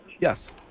Yes